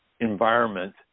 environment